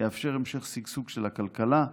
יאפשר המשך שגשוג של הכלכלה,